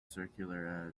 circular